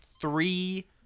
three